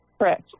Correct